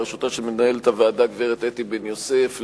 בראשותה של מנהלת הוועדה הגברת אתי בן-יוסף,